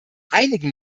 einigen